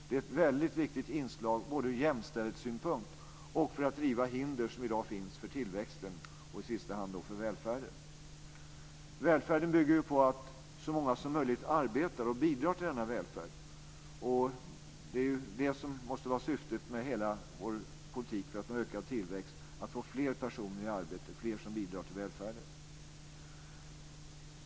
Det är ett väldigt viktigt inslag både ur jämställdhetssynpunkt och för att riva hinder som i dag finns för tillväxten och i sista hand för välfärden. Välfärden bygger ju på att så många som möjligt arbetar, och det måste vara syftet med hela vår politik för att få ökad tillväxt, för att få fler personer i arbete och fler som bidrar till välfärden.